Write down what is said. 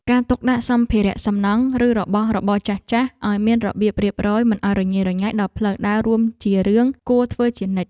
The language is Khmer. ការទុកដាក់សម្ភារៈសំណង់ឬរបស់របរចាស់ៗឱ្យមានរបៀបរៀបរយមិនឱ្យរញ៉េរញ៉ៃដល់ផ្លូវដើររួមជារឿងគួរធ្វើជានិច្ច។